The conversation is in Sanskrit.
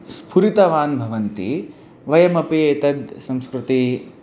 स्फुरितवान् भवन्ति वयमपि एतद् संस्कृतिः